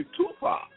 Tupac